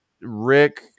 Rick